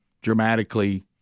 dramatically